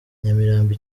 nyamirambo